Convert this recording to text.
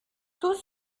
tous